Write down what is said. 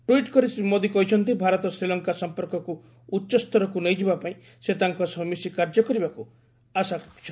tweet କରି ଶ୍ରୀ ମୋଦୀ କହିଛନ୍ତି ଭାରତ ଶ୍ରୀଲଙ୍କା ସମ୍ପର୍କକୁ ଉଚ୍ଚସ୍ତରକୁ ନେଇଯିବା ପାଇଁ ସେ ତାଙ୍କ ସହ ମିଶି କାର୍ଯ୍ୟ କରିବାକୁ ଆଶା ରଖିଛନ୍ତି